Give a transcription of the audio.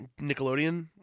Nickelodeon